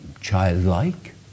childlike